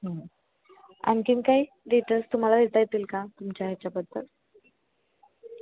आणखीन काही डिटेल्स तुम्हाला देता येतील का तुमच्या ह्याच्याबद्दल